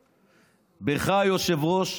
בך, היושב-ראש,